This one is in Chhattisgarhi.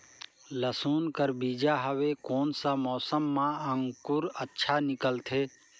लसुन कर बीजा हवे कोन सा मौसम मां अंकुर अच्छा निकलथे?